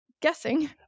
guessing